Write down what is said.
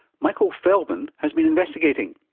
michael feldman has been investigating.